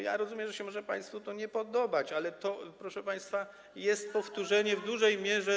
Ja rozumiem, że może się to państwu nie podobać, ale to, proszę państwa, jest powtórzenie w dużej mierze.